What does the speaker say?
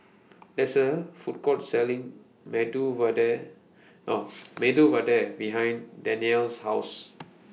There IS A Food Court Selling Medu Vada Medu Vada behind Danyel's House